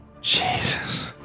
jesus